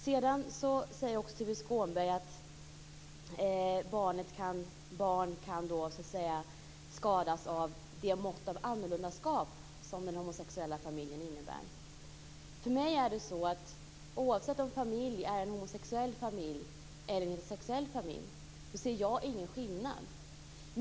Sedan säger Tuve Skånberg att barn kan skadas av det mått av annorlundaskap som den homosexuella familjen innebär. För mig är det så att det inte är någon skillnad på om en familj är homosexuell eller heterosexuell.